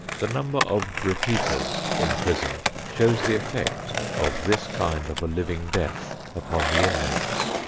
the number of repeaters in prison shows the effect of this kind of a living death upon the inmates.